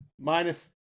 Minus